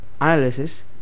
analysis